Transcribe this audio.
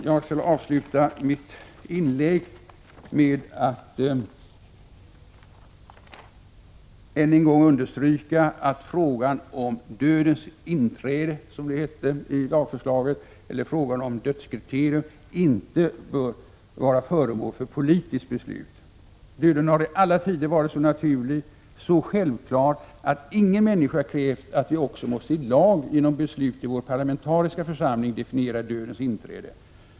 Jag skall avsluta mitt inlägg med att än en gång understryka att frågan om dödens inträde, som det hette i lagförslaget, eller frågan om dödskriteriet, inte bör vara föremål för politiskt beslut. Döden har i alla tider varit så naturlig, så självklar, att ingen människa krävt att vi också måste i lag genom beslut i vår parlamentariska församling definiera dödens inträde.